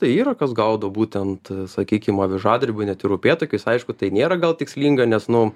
yra kas gaudo būtent sakykim avižadrebiu net ir upėtakius aišku tai nėra gal tikslinga nes nu